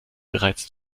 bereits